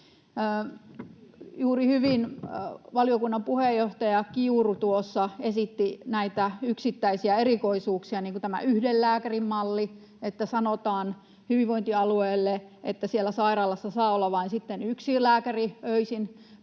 Juuri hyvin valiokunnan puheenjohtaja Kiuru tuossa esitti näitä yksittäisiä erikoisuuksia, niin kuin tämä yhden lääkärin malli, se, että sanotaan hyvinvointialueelle, että siellä sairaalassa saa olla vain yksi lääkäri öisin